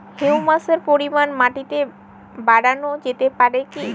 হিউমাসের পরিমান মাটিতে বারানো যেতে পারে কি?